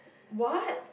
what